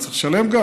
אני צריך גם לשלם?